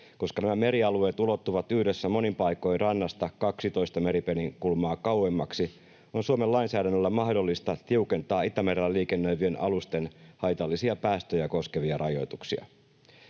Koska nämä merialueet ulottuvat yhdessä monin paikoin rannasta kaksitoista meripeninkulmaa kauemmaksi, on Suomen lainsäädännöllä mahdollista tiukentaa Itämerellä liikennöivien alusten haitallisia päästöjä koskevia rajoituksia.